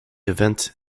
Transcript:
event